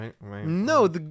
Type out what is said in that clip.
No